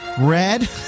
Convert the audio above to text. Red